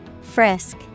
Frisk